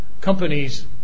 companies